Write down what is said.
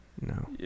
no